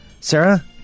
Sarah